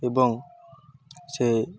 ଏବଂ ସେ